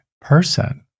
person